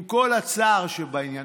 עם כל הצער שבעניין,